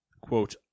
quote